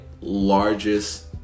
largest